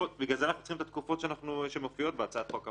בגלל זה אנחנו צריכים את התקופות שמופיעות בהצעת החוק הממשלתית,